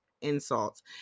insults